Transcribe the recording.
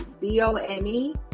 b-o-n-e